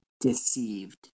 deceived